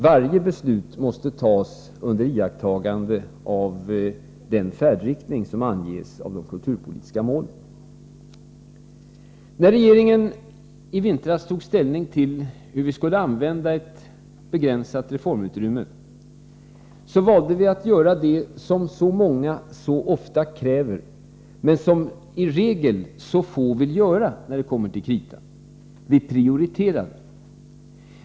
Varje beslut måste tas under iakttagande av den färdriktning som anges av de kulturpolitiska målen. När regeringen i vintras tog ställning till hur vi skulle använda ett begränsat reformutrymme valde vi att göra det som så många mycket ofta kräver, men som i regelsså få vill göra när det kommer till kritan — vi prioriterade.